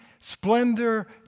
splendor